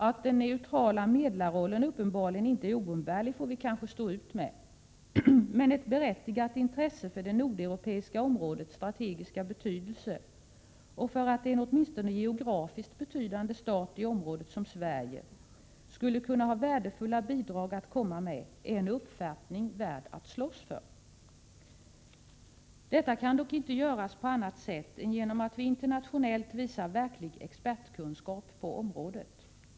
Att den neutrala medlarrollen uppenbarligen inte är oumbärlig får vi kanske stå ut med, men ett berättigat intresse för det nordeuropeiska områdets strategiska betydelse och för att en åtminstone geografiskt betydande stat i området som Sverige skulle kunna ha värdefulla bidrag att komma med är en uppfattning värd att slåss för. Detta kan dock inte göras på annat sätt än genom att vi internationellt visar verklig expertkunskap på området.